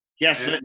Yes